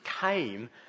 came